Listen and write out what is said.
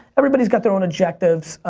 everybody's got their own objectives,